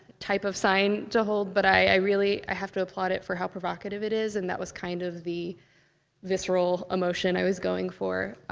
type of sign to hold, but i really, i have to applaud it for how provocative it is, and that was kind of the visceral emotion i was going for,